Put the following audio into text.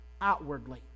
outwardly